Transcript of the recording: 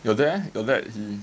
your dad eh your dad he